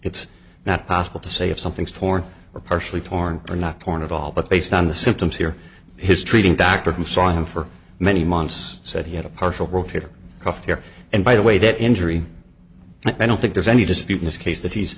it's not possible to say if something's torn or partially torn or not torn of all but based on the symptoms here his treating doctor who saw him for many months said he had a partial rotator cuff here and by the way that injury and i don't think there's any dispute in this case that he's